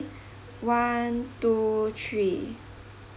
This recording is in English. one two three